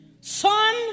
son